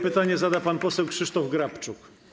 Pytanie zada pan poseł Krzysztof Grabczuk.